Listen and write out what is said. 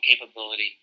capability